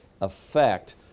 effect